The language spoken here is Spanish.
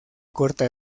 corta